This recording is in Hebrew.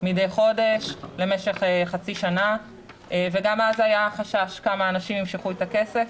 מדי חודש למשך חצי שנה וגם אז היה חשש כמה אנשים ימשכו את הכסף.